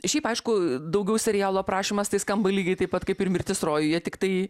šiaip aišku daugiau serialo aprašymas tai skamba lygiai taip pat kaip ir mirtis rojuje tiktai